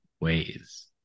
ways